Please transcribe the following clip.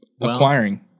acquiring